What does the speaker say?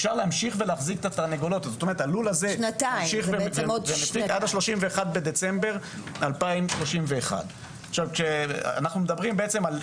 אפשר להמשיך ולהחזיק את התרנגולות עד 31 בדצמבר 2031. אנחנו מדברים על